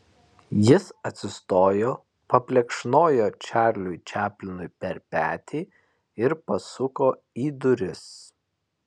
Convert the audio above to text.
jis atsistojo paplekšnojo čarliui čaplinui per petį ir pasuko į duris